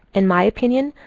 in my opinion,